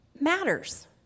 matters